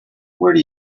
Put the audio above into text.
where